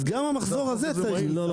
אז גם המחזור הזה צריך בסוף -- לא,